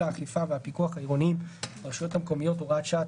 האכיפה והפיקוח העירוניים ברשויות המקומיות (הוראת שעה),